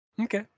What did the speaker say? Okay